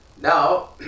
Now